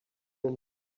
him